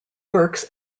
works